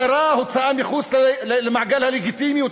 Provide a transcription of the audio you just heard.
הדרה, הוצאה מחוץ למעגל הלגיטימיות,